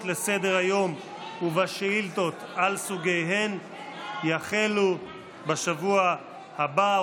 לסדר-היום ובשאילתות על סוגיהן יחלו בשבוע הבא.